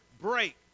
break